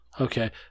Okay